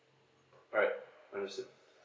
alright understood